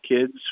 kids